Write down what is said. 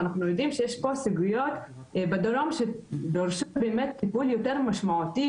ואנחנו יודעים שיש פה סוגיות בדרום שדורשות באמת טיפול יותר משמעותי,